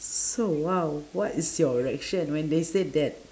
so !wow! what is your reaction when they said that